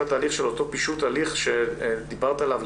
התהליך של אותו פישוט הליך שדיברת עליו,